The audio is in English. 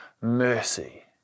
mercy